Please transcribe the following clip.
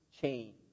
change